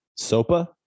Sopa